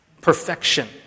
Perfection